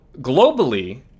globally